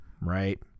Right